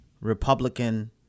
Republican